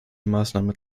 maßnahmen